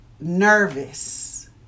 nervous